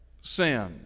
sin